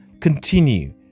continue